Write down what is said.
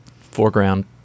foreground